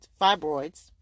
fibroids